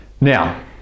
Now